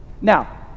Now